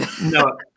No